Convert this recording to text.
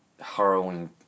harrowing